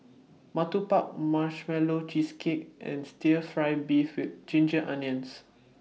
Ketupat Marshmallow Cheesecake and Stir Fry Beef with Ginger Onions